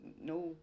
no